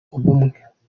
ubumwe